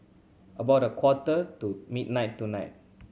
about a quarter to midnight tonight